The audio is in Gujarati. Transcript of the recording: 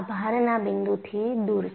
આ ભારના બિંદુથી દૂર છે